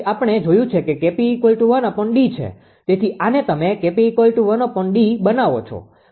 તેથી આને તમે 𝐾𝑝1𝐷 બનાવો છો